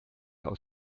aus